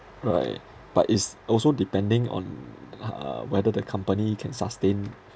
right but is also depending on uh whether the company can sustain